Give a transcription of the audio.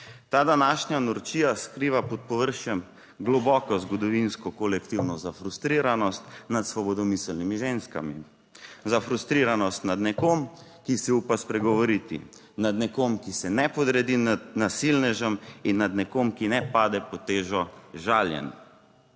Ta današnja norčija skriva pod površjem globoko zgodovinsko kolektivno zafrustriranost nad svobodomiselnimi ženskami. Zafrustriranost nad nekom, ki si upa spregovoriti, nad nekom, ki se ne podredi nasilnežem, in nad nekom, ki ne pade pod težo žaljenj.